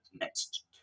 next